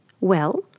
Well